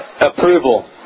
approval